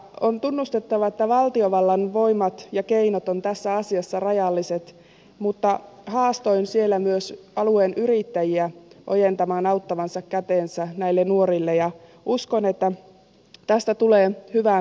on tunnustettava että valtiovallan voimat ja keinot ovat tässä asiassa rajalliset mutta haastoin siellä myös alueen yrittäjiä ojentamaan auttavan kätensä näille nuorille ja uskon että tästä tulee hyvä kokonaisuus